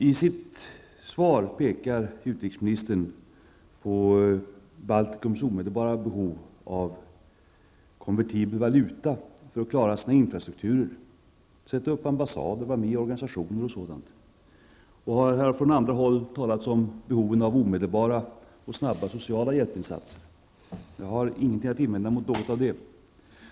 I sitt svar pekar utrikesministern på Baltikums omedelbara behov av konvertibel valuta för att klara sina infrastrukturer, sätta upp ambassader, vara med i organisationer, osv. Andra talare har i debatten tagit upp behoven av omedelbara och snabba sociala hjälpinsatser. Jag har ingenting att invända mot något av det.